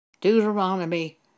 Deuteronomy